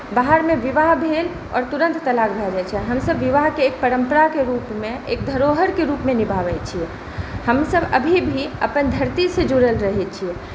बाहरमे विवाह भेल आओर तुरन्त तलाक भऽ जाइ छै हमसभ विवाहकेँ एक परम्परा के रुपमे एक धरोहरिके रुपमे निभावै छियै हमसभ अभी भी अपन धरतीसँ जुड़ल रहै छियै